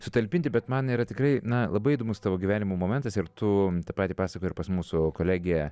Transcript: sutalpinti bet man yra tikrai na labai įdomus tavo gyvenimo momentas ir tu patį pasakojai ir pas mūsų kolegę